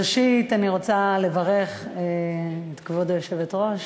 ראשית, אני רוצה לברך את כבוד היושבת-ראש.